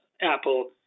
Apple